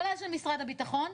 כולל של משרד הבטחון,